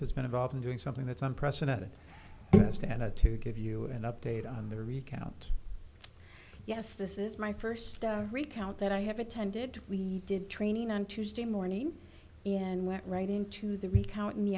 has been involved in doing something that's unprecedented to give you an update on the recount yes this is my first recount that i have attended we did training on tuesday morning and went right into the recount in the